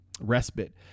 respite